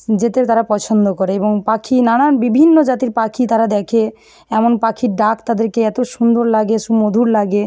যেতে তারা পছন্দ করে এবং পাখি নানান বিভিন্ন জাতির পাখি তারা দেখে এমন পাখির ডাক তাদেরকে এতো সুন্দর লাগে সুমধুর লাগে